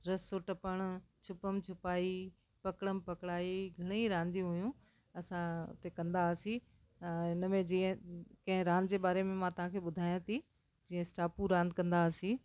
रसियूं टपण छिपम छिपाई पकड़म पकड़ाई घणेई रांदियूं हुयूं असां उते कंदा हुआसीं हिनमें जीअं कंहिं रांदि जे बारे में मां तव्हांखे ॿुधायां थी जीअं स्टापू रांदि कंदा हुआसीं